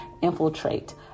infiltrate